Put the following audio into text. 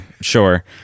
sure